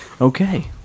Okay